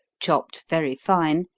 chopped very fine,